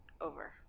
over